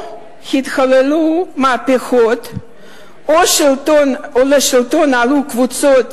או שהתחוללו מהפכות או שעלו לשלטון קבוצות